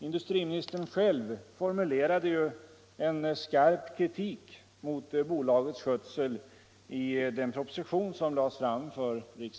Industriministern själv formulerade i den proposition som lades fram för riksdagen en skarp kritik mot bolagets skötsel.